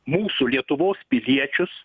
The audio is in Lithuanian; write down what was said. mūsų lietuvos piliečius